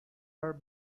are